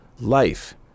Life